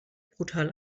brutal